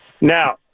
Now